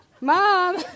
Mom